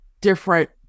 different